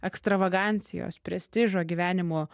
ekstravagancijos prestižo gyvenimo